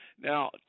Now